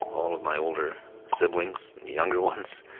all of my older siblings and younger ones,